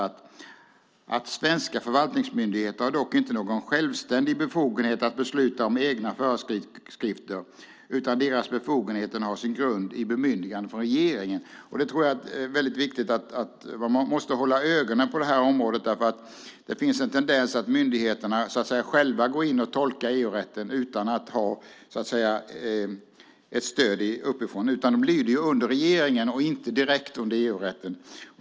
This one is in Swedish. Där sägs nämligen att "svenska förvaltningsmyndigheter har dock inte någon självständig befogenhet att besluta om egna föreskrifter, utan deras befogenhet har sin grund i bemyndiganden från regeringen". Jag tror att det är viktigt att hålla ögonen på det här området eftersom det finns en tendens att myndigheterna går in och så att säga själva tolkar EU-rätten utan att ha stöd uppifrån. De lyder ju under regeringen, inte direkt under EU-rätten.